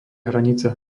hranica